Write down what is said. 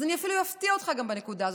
אז אני אפילו אפתיע אותך גם בנקודה הזאת.